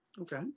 Okay